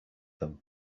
them